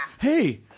Hey